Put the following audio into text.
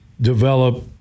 develop